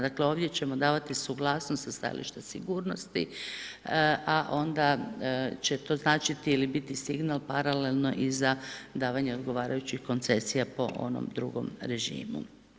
Dakle, ovdje ćemo davati suglasnost sa stajališta sigurnosti, a onda će to značiti ili biti signal paralelno za davanje odgovarajućih koncesija po onom drugom režimu.